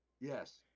Yes